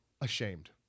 Ashamed